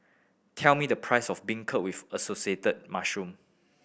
tell me the price of Beancurd with Assorted Mushrooms